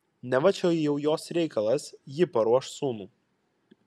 neva čia jau jos reikalas ji paruoš sūnų